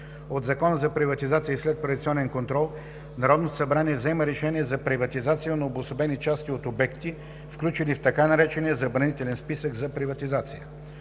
от Закона за приватизация и следприватизационен контрол Народното събрание взема решение за приватизация на обособени части от обекти, включени в така наречения „забранителен списък“ за приватизация.